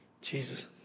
Jesus